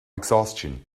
exhaustion